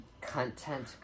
Content